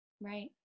Right